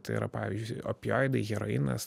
tai yra pavyzdžiui opioidai heroinas